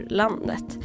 landet